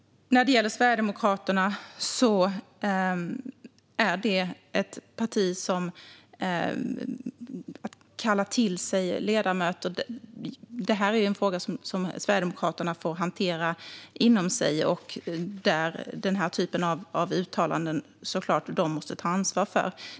När det gäller Sverigedemokraterna är det ett parti som kallar till sig ledamöter, och detta är en fråga som Sverigedemokraterna får hantera inom sitt parti. Den här typen av uttalanden måste såklart de ta ansvar för.